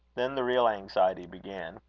then the real anxiety began.